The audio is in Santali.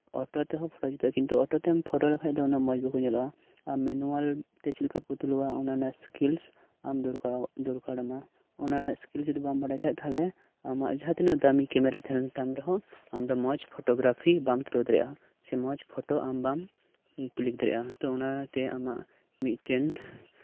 ᱚᱴᱳ ᱛᱮᱦᱚᱸ ᱯᱷᱳᱴᱳ ᱡᱩᱛᱚᱜᱼᱟ ᱠᱤᱱᱛᱩ ᱚᱴᱳᱛᱮᱢ ᱯᱷᱳᱴᱳ ᱞᱮᱠᱷᱟᱱ ᱫᱚ ᱩᱱᱟᱹᱜ ᱢᱚᱸᱡᱽ ᱵᱟᱠᱚ ᱧᱮᱞᱚᱜᱼᱟ ᱟᱨ ᱢᱤᱱᱩᱣᱟᱞ ᱛᱮ ᱪᱮᱫ ᱞᱮᱠᱟ ᱠᱚ ᱛᱩᱞᱟᱹᱣᱟ ᱚᱱᱟ ᱨᱮᱱᱟᱜ ᱥᱠᱤᱞ ᱟᱢ ᱫᱚᱨᱠᱟᱨ ᱟᱢ ᱫᱚᱨᱠᱟᱨ ᱟᱢᱟ ᱚᱱᱟ ᱨᱮᱱᱟᱜ ᱥᱠᱤᱞ ᱡᱚᱫᱤ ᱵᱟᱢ ᱵᱟᱲᱟᱭ ᱠᱷᱟᱱ ᱛᱟᱦᱚᱞᱮ ᱟᱢᱟᱜ ᱡᱟᱦᱟᱸ ᱛᱤᱱᱟᱹᱜ ᱫᱟᱹᱢᱤ ᱠᱮᱢᱮᱨᱟ ᱛᱟᱦᱮᱱ ᱛᱟᱢ ᱨᱮᱦᱚᱸ ᱟᱢᱫᱚ ᱢᱚᱸᱡᱽ ᱯᱷᱴᱳᱜᱨᱟᱯᱷᱤ ᱵᱟᱢ ᱛᱩᱞᱟᱹᱣ ᱫᱟᱲᱮᱹᱭᱟᱜ ᱥᱮ ᱢᱚᱸᱡᱽ ᱯᱷᱳᱴᱳ ᱟᱢ ᱵᱟᱢ ᱠᱞᱤᱠ ᱫᱟᱲᱮᱹᱭᱟᱜᱼᱟ ᱛᱚ ᱚᱱᱟᱛᱮ ᱟᱢᱟᱜ ᱢᱤᱫ ᱴᱟᱝ